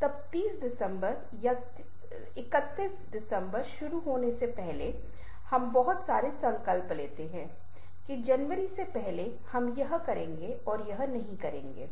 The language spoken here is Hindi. तब तीस दिसंबर या तीसवीं दिसंबर शुरू होने से पहले हम बहुत सारे संकल्प लेते हैं कि जनवरी के पहले से हम यह करेंगे या हम ऐसा नहीं करेंगे